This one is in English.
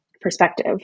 perspective